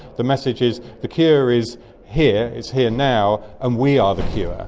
the message is the cure is here, it's here now, and we are the cure.